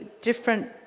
different